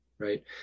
Right